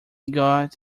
got